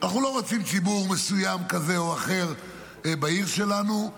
ציבור מסוים כזה או אחר בעיר שלנו.